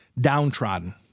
downtrodden